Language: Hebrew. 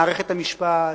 מערכת המשפט,